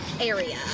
area